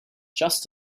just